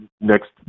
next